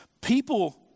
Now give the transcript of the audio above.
People